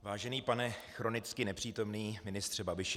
Vážený pane chronicky nepřítomný ministře Babiši.